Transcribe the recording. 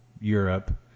Europe